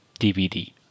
DVD